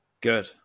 Good